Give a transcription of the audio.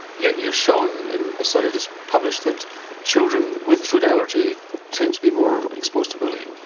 yet you've shown in a study just published that children with food allergy tend to be more exposed to bullying.